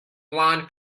blonde